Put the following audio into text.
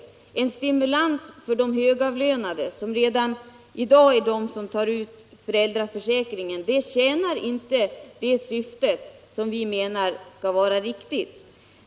Nu är det en stimulans för högavlönade, som redan i dag är de som tar ut föräldraförsäkringen. Detta tjänar inte det syfte som vi anser vara det riktiga.